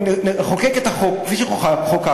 נחוקק את החוק כפי שחוקקנו,